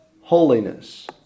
holiness